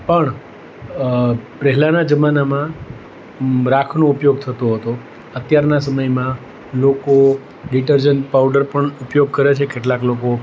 પણ પહેલાંના જમાનામાં રાખનો ઉપયોગ થતો હતો અત્યારના સમયમાં લોકો ડિટર્જન્ટ પાઉડર પણ ઉપયોગ કરે છે કેટલાક લોકો